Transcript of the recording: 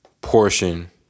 portion